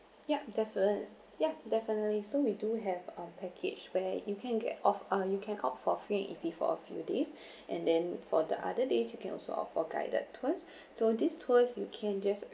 yup defin~ yup definitely so we do have a package where you can get off uh you can opt for free and easy for a few days and then for the other days you can also opt for guided tours so these tours you can just